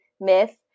myth